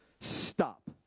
stop